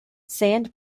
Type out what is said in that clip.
sand